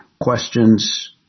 questions